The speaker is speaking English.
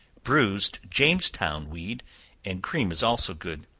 bruised jamestown weed and cream is also good.